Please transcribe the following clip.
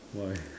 why